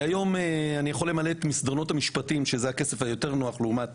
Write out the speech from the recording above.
היום אני יכול למלא את מסדרונות המשפטים שזה הכסף היותר נוח לעומת